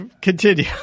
continue